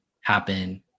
happen